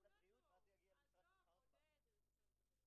את צודקת מאה אחוז.